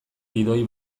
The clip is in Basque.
gidoi